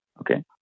Okay